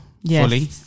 Fully